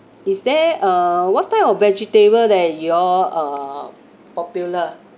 is there uh what type of vegetable that you all uh popular